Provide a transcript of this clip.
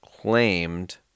claimed